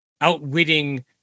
outwitting